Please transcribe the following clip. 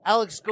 Alex